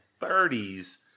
30s